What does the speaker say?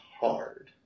hard